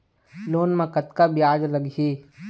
Loan म कतका ब्याज लगही?